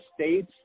States